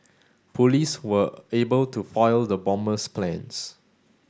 police were able to foil the bomber's plans